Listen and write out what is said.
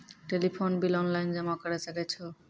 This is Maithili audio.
टेलीफोन बिल ऑनलाइन जमा करै सकै छौ?